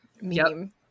meme